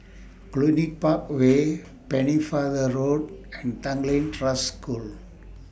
Cluny Park Way Pennefather Road and Tanglin Trust School